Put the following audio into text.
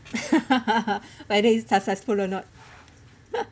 but that is successful or not